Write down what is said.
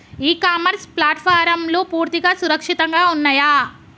ఇ commerce ప్లాట్ఫారమ్లు పూర్తిగా సురక్షితంగా ఉన్నయా?